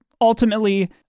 ultimately